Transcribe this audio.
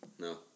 No